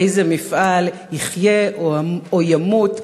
איזה מפעל יחיה או ימות,